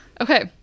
Okay